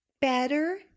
better